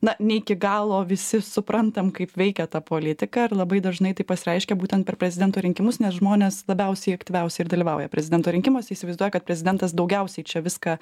na ne iki galo visi suprantam kaip veikia ta politika ir labai dažnai tai pasireiškia būtent per prezidento rinkimus nes žmonės labiausiai aktyviausiai ir dalyvauja prezidento rinkimuose įsivaizduoja kad prezidentas daugiausiai čia viską